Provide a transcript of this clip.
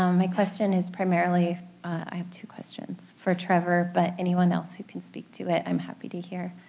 um my question is primarily i have two questions for trevor, but anyone else who can speak to it i'm happy to hear.